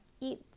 eat